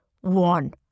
One